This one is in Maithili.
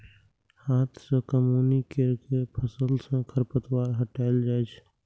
हाथ सं कमौनी कैर के फसल सं खरपतवार हटाएल जाए छै